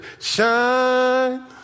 Shine